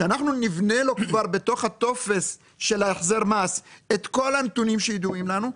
אנחנו נבנו לו כבר בתוך הטופס של החזר המס את כל הנתונים שידועים לנו,